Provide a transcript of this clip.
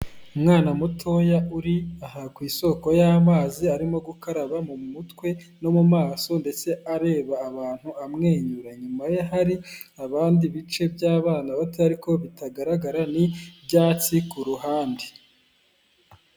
Umwana mutoya uri aha ku isoko y'amazi, arimo gukaraba mu mutwe no mu maso ndetse areba abantu amwenyura, inyuma ye hari abandi, ibice by'abana bato ariko bitagaragara n'ibyatsi ku ruhande.